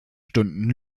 stunden